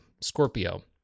Scorpio